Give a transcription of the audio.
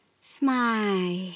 Smile